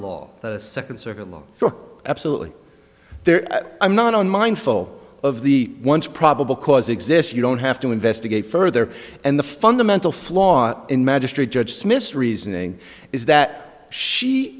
law the second circuit law absolutely there i'm not on mindful of the once probable cause exists you don't have to investigate further and the fundamental flaw in magistrate judge smith's reasoning is that she